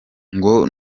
ngo